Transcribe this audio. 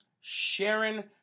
Sharon